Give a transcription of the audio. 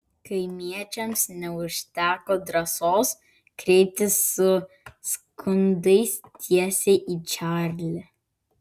kaimiečiams neužteko drąsos kreiptis su skundais tiesiai į čarlį